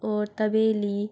और तवेली